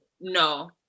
No